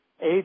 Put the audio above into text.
Eight